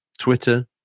Twitter